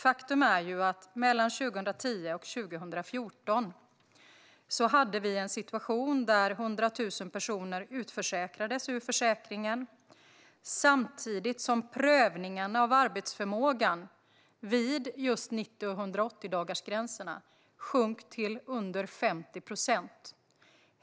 Faktum är att mellan 2010 och 2014 hade vi en situation där 100 000 personer utförsäkrades ur försäkringen samtidigt som prövningen av arbetsförmågan vid just 90 och 180-dagarsgränserna sjönk till under 50 procent.